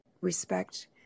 respect